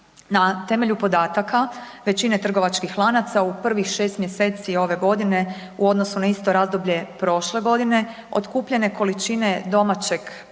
Na temelju podataka većine trgovačkih lanaca u prvih 6 mj. ove godine u odnosu na isto razdoblje prošle godine, otkupljene količine domaćeg